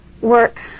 work